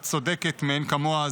הצודקת מאין כמוה,